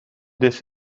this